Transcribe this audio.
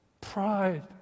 pride